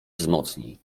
wzmocni